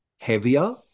heavier